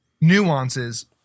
nuances